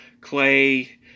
Clay